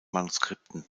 manuskripten